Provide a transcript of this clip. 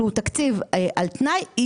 שהוא תקציב על תנאי,